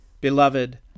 Beloved